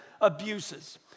abuses